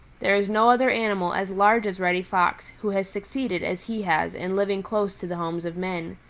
there is no other animal as large as reddy fox who has succeeded as he has in living close to the homes of men.